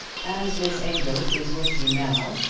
as miss amedroz is with you now,